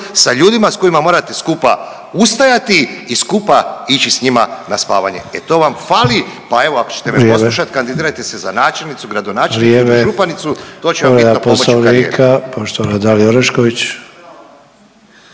sa ljudima s kojima morate skupa ustajati i skupa ići s njima na spavanje. E to vam fali pa evo ako ćete …/Upadica Sanader: Vrijeme./… poslušat kandidirajte se za načelnicu, gradonačelnicu, …/Upadica: Vrijeme./… županicu to će vam biti na pomoći u karijeri.